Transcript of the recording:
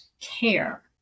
care